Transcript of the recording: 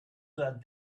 that